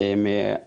המדע והטכנולוגיה.